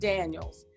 Daniels